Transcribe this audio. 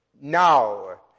now